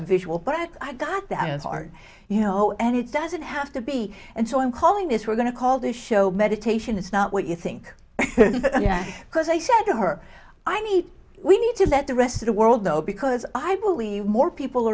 i'm visual but i got that far you know and it doesn't have to be and so i'm calling this we're going to call this show meditation it's not what you think because i said to her i need we need to let the rest of the world though because i believe more people